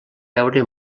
veure